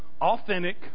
authentic